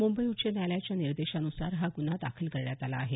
मुंबई उच्च न्यायालयाच्या निर्देशानुसार हा गुन्हा दाखल करण्यात आला आहे